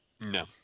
No